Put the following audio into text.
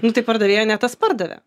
nu tai pardavėja ne tas pardavė